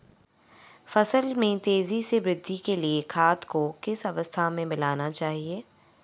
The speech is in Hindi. फसल में तेज़ी से वृद्धि के लिए खाद को किस अवस्था में मिलाना चाहिए?